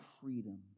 freedom